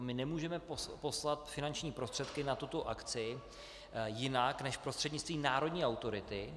My nemůžeme poslat finanční prostředky na tuto akci jinak než prostřednictvím národní autority.